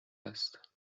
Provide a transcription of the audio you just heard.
است